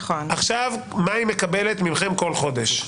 עכשיו, מה היא מקבלת מכם כל חודש?